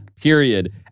period